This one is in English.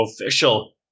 official